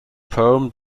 poem